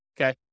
okay